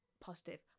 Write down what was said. positive